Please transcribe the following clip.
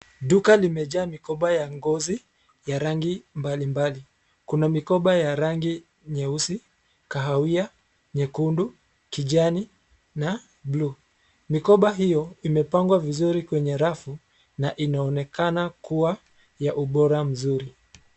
Duka limejaa mikoba ya ngozi ya rangi mbalimbali. Kuna mikoba ya rangi nyeusi, kahawia nyekundu, kijani na bluu. Mikoba hiyo imepangwa vizuri kwenye rafu na inaonekana kuwa ya ubora mzuri.